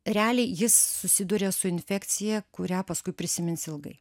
realiai jis susiduria su infekcija kurią paskui prisimins ilgai